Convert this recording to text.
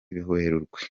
werurwe